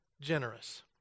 generous